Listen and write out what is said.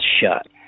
shut